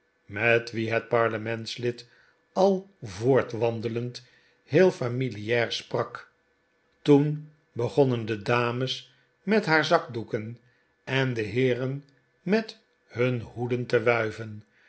met wien het parlementslid al voortwandelend heel familiaar sprak toen begonnen de dames met haar zakdoeken en de heeren met hun hoeden te wuiven